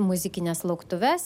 muzikines lauktuves